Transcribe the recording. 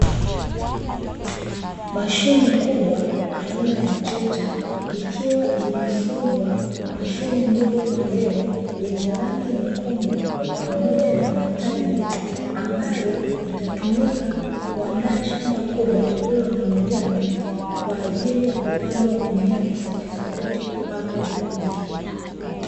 Mashine kubwa, aina ya trekta ikiwa imefungwa mashine ndogo kwa mbele yenye rangi nyekundu, pamoja na matairi ambayo itatumika kuandaa shamba kubwa lililo na majani kwa ajili ya kupandwa mimea tofautitofauti hapo baadae.